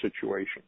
situation